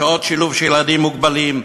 שעות שילוב של ילדים מוגבלים,